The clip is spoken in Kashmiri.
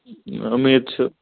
امید چھِ